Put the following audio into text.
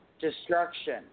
destruction